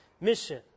mission